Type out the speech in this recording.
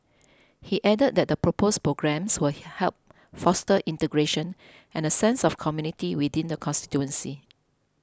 he added that the proposed programmes will help foster integration and a sense of community within the constituency